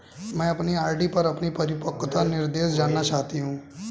मैं अपनी आर.डी पर अपना परिपक्वता निर्देश जानना चाहती हूँ